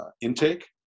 intake